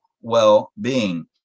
well-being